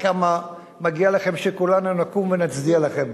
כמה מגיע לכם שכולנו נקום ונצדיע לכם.